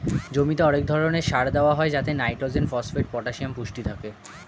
জমিতে অনেক ধরণের সার দেওয়া হয় যাতে নাইট্রোজেন, ফসফেট, পটাসিয়াম পুষ্টি থাকে